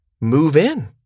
move-in